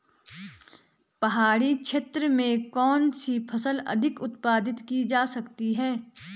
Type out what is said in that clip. पहाड़ी क्षेत्र में कौन सी फसल अधिक उत्पादित की जा सकती है?